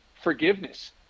forgiveness